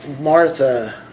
Martha